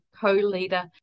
co-leader